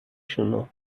شونو